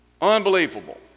unbelievable